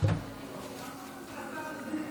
כנסת נכבדה,